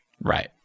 Right